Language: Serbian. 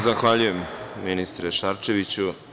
Zahvaljujem, ministre Šarčeviću.